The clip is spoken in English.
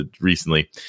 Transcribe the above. recently